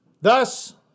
Thus